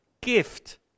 gift